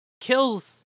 kills